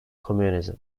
communism